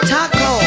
Taco